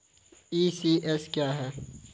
ECS क्या है?